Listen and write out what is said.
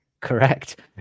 Correct